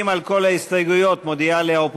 עליזה לביא ומיקי לוי, להלן: